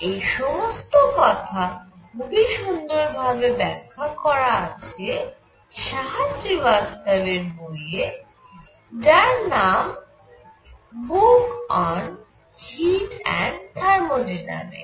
এই সমস্ত কথা খুবই সুন্দর ভাবে ব্যাখ্যা করা আছে সাহা শ্রীবাস্তবের বই এ যার নাম book on heat and thermodynamics